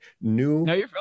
New